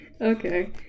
Okay